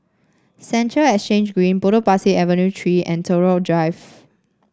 Central Exchange Green Potong Pasir Avenue Three and Tagore Drive